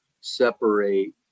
separate